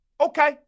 Okay